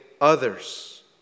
others